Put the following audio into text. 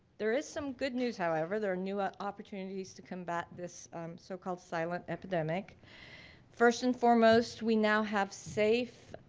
there is some good news however, there are new ah opportunities to combat this so-called silent epidemic first and foremost we now have safe,